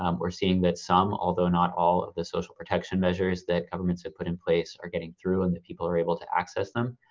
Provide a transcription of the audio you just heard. um we're seeing that some although not all of the social protection measures that governments have put in place are getting through and that people are able to access them.